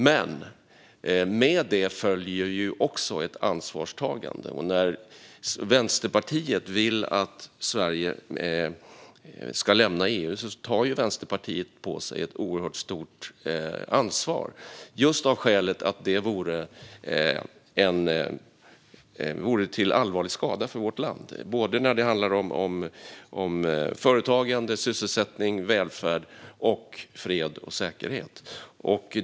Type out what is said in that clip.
Men med detta följer också ett ansvarstagande. När Vänsterpartiet vill att Sverige ska lämna EU tar partiet på sig ett oerhört stort ansvar av skälet att det vore till allvarlig skada för vårt land. Det handlar både om företagande, om sysselsättning, om välfärd, om fred och om säkerhet.